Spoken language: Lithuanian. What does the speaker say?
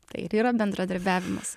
tai ir yra bendradarbiavimas